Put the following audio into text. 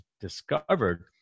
discovered